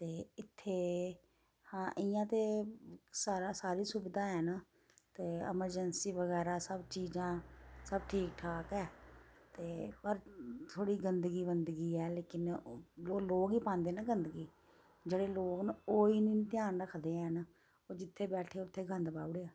ते इत्थे हां इ'यां ते सारा सारी सुविधा हैन ते अमरजैंसी बगैरा सब चीजां सब ठीक ठाक ऐ ते पर थोह्ड़ी गंदगी बंदगी ऐ लेकिन ओह् लोक गै पांदे नां गदंगी जेह्ड़े लोक न ओह् नी ध्यान रखदे हैन ओह् जित्थें बैठे उत्थें गंद पाउड़ेआ